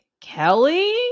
kelly